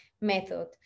method